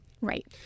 Right